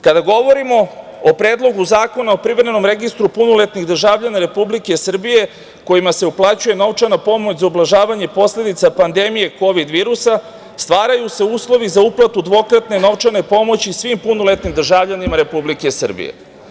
Kada govorimo o Predlogu zakona o privremenom registru punoletnih državljana Republike Srbije kojima se uplaćuje novčana pomoć za ublažavanje posledica pandemije kovid virusa, stvaraju se uslovi za uplatu dvokratne novčane pomoći svim punoletnim državljanima Republike Srbije.